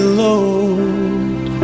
load